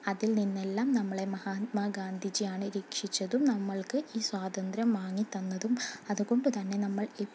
അതിൽ നിന്നെല്ലാം നമ്മളെ മഹാത്മാഗാന്ധിജിയാണ് രക്ഷിച്ചതും നമ്മൾക്ക് ഈ സ്വാതന്ത്ര്യം വാങ്ങി തന്നതും അതുകൊണ്ട് തന്നെ നമ്മൾ